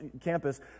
campus